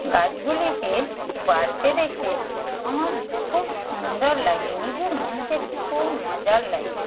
গাছগুলিকে বাড়তে দেখে আমার খুব সুন্দর লাগে নিজের মনকে খুব মজার লাগে